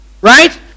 right